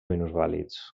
minusvàlids